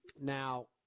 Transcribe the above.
now